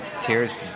tears